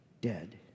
dead